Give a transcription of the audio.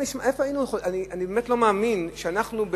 אני באמת לא מאמין שאנחנו,